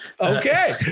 Okay